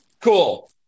cool